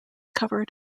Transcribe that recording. covered